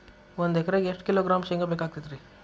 ಒಂದು ಎಕರೆಗೆ ಎಷ್ಟು ಕಿಲೋಗ್ರಾಂ ಶೇಂಗಾ ಬೇಕಾಗತೈತ್ರಿ?